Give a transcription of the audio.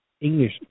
English